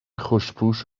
خوشپوش